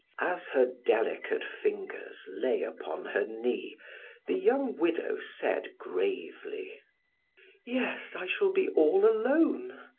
as her delicate fingers lay upon her knee the young widow said gravely yes, i shall be all alone,